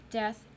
death